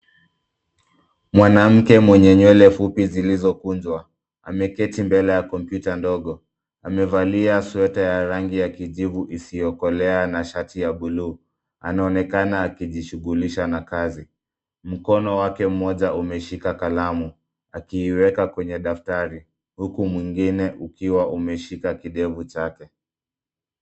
Mwanamke mwenye nywele fupi zilizokunjwa, ameketi mbele ya kompyuta ndogo. Amevalia sweta ya rangi ya kijivu isiyokolea na shati ya buluu. Anaonekana akijishughulisha na kazi. Mkono wake mmoja umeshika kalamu akiiweka kwenye daftari huku mwingine ukiwa umeshika kidevu chake.